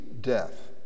death